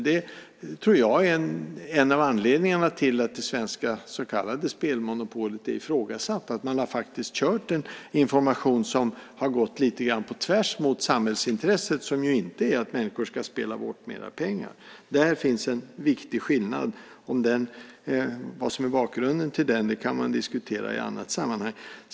Jag tror att en av anledningarna till att det svenska så kallade spelmonopolet är ifrågasatt just är att man kört med en information som har gått lite grann på tvärs mot samhällsintresset, som ju inte är att människor ska spela bort mer pengar. Där finns det en viktig skillnad. Vad som är bakgrunden till den kan diskuteras i annat sammanhang.